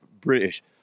British